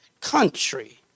country